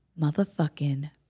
Motherfucking